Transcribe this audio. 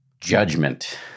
judgment